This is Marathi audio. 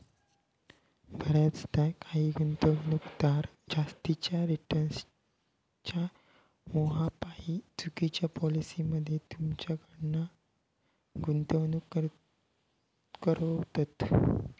बऱ्याचदा काही गुंतवणूकदार जास्तीच्या रिटर्न्सच्या मोहापायी चुकिच्या पॉलिसी मध्ये तुमच्याकडना गुंतवणूक करवतत